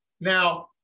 Now